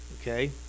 okay